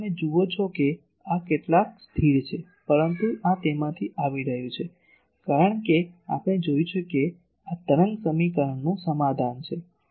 તેથી તમે જુઓ છો કે આ કેટલાક સ્થિર છે પરંતુ આ તેમાંથી આવી રહ્યું છે કારણ કે આપણે જોયું છે કે આ તરંગ સમીકરણનું સમાધાન છે